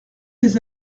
des